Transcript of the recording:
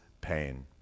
pain